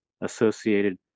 associated